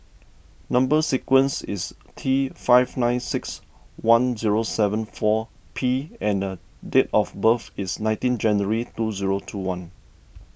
Number Sequence is T five nine six one zero seven four P and date of birth is nineteen January two zero two one